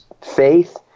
faith